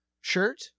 shirt